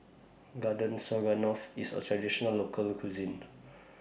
Garden Stroganoff IS A Traditional Local Cuisine